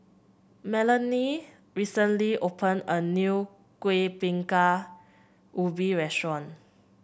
Melanie recently opened a new Kueh Bingka Ubi restaurant